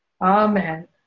Amen